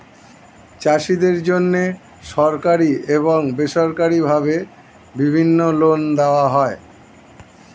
চাষীদের জন্যে সরকারি এবং বেসরকারি ভাবে বিভিন্ন লোন দেওয়া হয়